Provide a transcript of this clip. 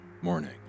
morning